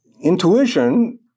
intuition